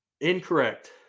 incorrect